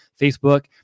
Facebook